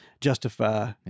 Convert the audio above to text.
justify